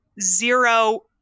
zero